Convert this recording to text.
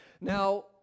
Now